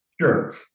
Sure